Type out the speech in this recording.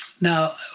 Now